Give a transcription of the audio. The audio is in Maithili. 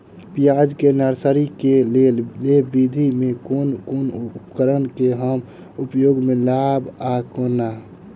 प्याज केँ नर्सरी केँ लेल लेव विधि म केँ कुन उपकरण केँ हम उपयोग म लाब आ केना?